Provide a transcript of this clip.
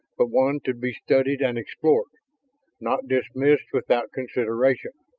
but one to be studied and explored not dismissed without consideration.